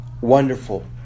Wonderful